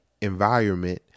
environment